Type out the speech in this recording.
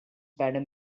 spider